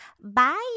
Bye